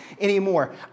anymore